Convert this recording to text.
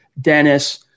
Dennis